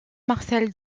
marcel